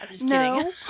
No